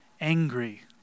angry